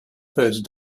first